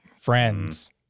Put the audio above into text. friends